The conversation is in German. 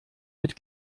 mit